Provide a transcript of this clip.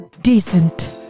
decent